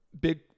big